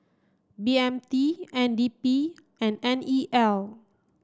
B M T N D P and N E L